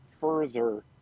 further